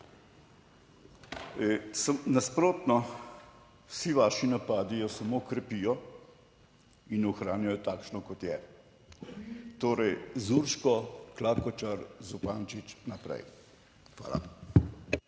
Nasprotno, vsi vaši napadi jo samo krepijo in ohranjajo takšno, kot je. Torej, z Urško Klakočar Zupančič naprej. Hvala.